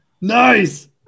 Nice